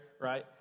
right